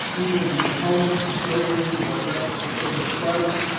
either the opponents of slavery will arrest the further spread of it,